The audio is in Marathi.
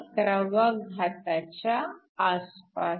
10 11 च्या आसपास